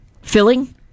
Filling